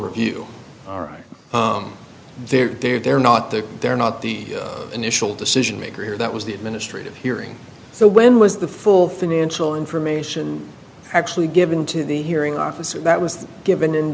review all right they're not there they're not the initial decision maker here that was the administrative hearing so when was the full financial information actually given to the hearing officer that was given in